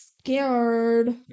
scared